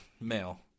male